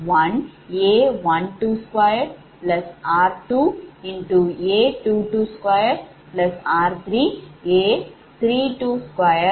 010